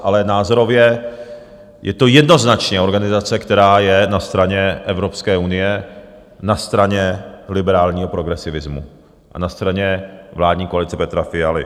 Ale názorově je to jednoznačně organizace, která je na straně Evropské unie, na straně liberálního progresivismu a na straně vládní koalice Petra Fialy.